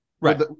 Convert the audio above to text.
Right